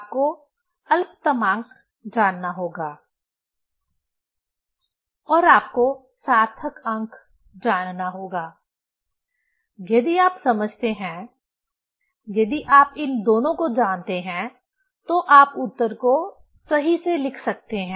आपको अल्पतमांक जानना होगा और आपको सार्थक अंक जानना होगा यदि आप समझते हैं यदि आप इन दोनों को जानते हैं तो आप उत्तर को सही से लिख सकते हैं